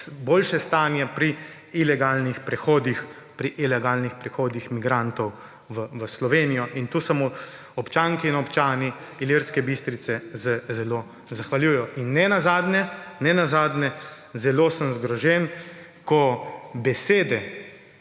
boljše stanje pri ilegalnih prehodih migrantov v Slovenijo; in tu se mu občanke in občani Ilirske Bistrice zelo zahvaljujejo. In nenazadnje, zelo sem zgrožen, ko besede